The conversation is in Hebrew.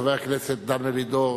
חבר הכנסת דן מרידור,